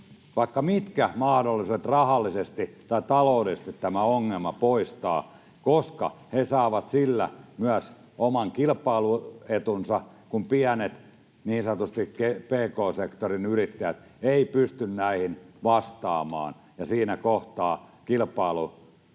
vaikka mitkä mahdollisuudet rahallisesti tai taloudellisesti tämä ongelma poistaa, koska ne saavat sillä myös oman kilpailuetunsa, kun pienet, niin sanotusti, pk-sektorin yrittäjät, eivät pysty näihin vastaamaan tai eivät pysty